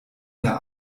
der